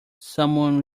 someone